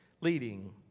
leading